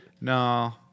No